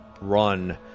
run